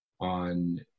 on